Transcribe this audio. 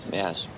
yes